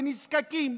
לנזקקים,